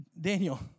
Daniel